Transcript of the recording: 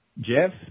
Jeff